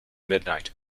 midnight